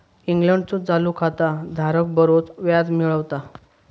इंग्लंडचो चालू खाता धारक बरोच व्याज मिळवता